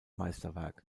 meisterwerk